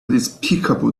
despicable